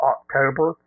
October